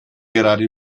gerade